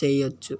చేయొచ్చు?